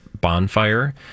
bonfire